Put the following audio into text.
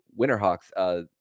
Winterhawks